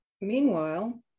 Meanwhile